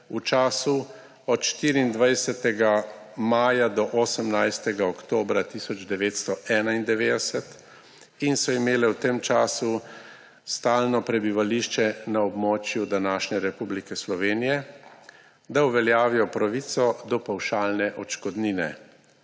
v času od 24. maja do 18. oktobra 1991 in so imele v tem času stalno prebivališče na območju današnje Republike Slovenije, da uveljavijo pravico do pavšalne odškodnine.